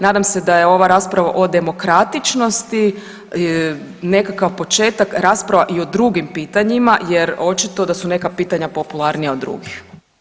Nadam se da je ova rasprava o demokratičnosti, nekakav početak rasprava i o drugim pitanjima jer očito da su neka pitanja popularnija od drugih.